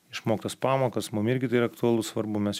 išmoktas pamokas mum irgi tai yra aktualu svarbu mes